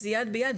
זה 'יד ביד',